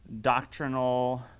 Doctrinal